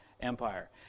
Empire